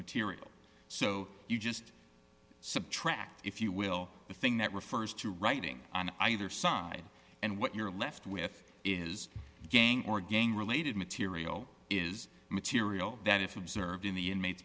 material so you just subtract if you will the thing that refers to writing on either side and what you're left with is a gang or gang related material is material that if observed in the inma